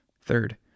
Third